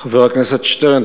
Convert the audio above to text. חבר הכנסת שטרן,